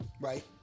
Right